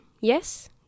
yes